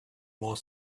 more